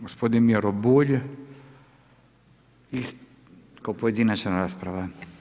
Gospodin Miro Bulj kao pojedinačna rasprava.